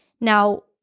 now